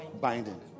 binding